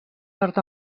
nord